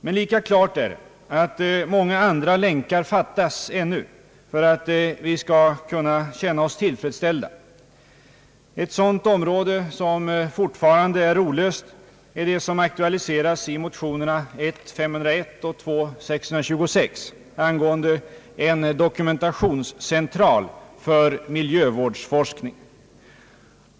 Men lika klart är det att mycket återstår att göra ännu för att vi skall kunna känna oss tillfredsställda. Eti sådant område som fortfarande är olöst är det som aktualiseras i motionerna I:501 och II:626 angående en dokumentationscentral för miljövårdsforskning.